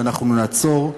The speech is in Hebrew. שאנחנו נעצור,